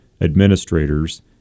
administrators